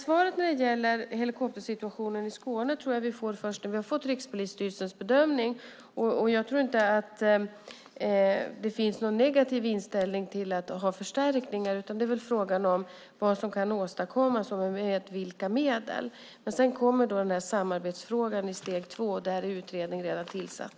Svaret på frågan om helikoptersituationen i Skåne tror jag att vi får först när vi sett Rikspolisstyrelsens bedömning. Jag tror inte att det finns någon negativ inställning till att ha förstärkningar, utan frågan är vad som kan åstadkommas och med vilka medel. Samarbetsfrågan kommer i steg två, och där är utredning redan tillsatt.